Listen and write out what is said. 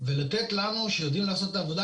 ולתת לנו שיודעים לעשות את העבודה,